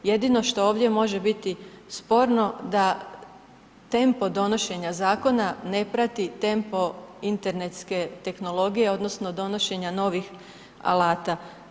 Jedino što ovdje može biti sporno da tempo donošenja zakona ne prati tempo internetske tehnologije odnosno donošenja novih alata.